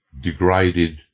degraded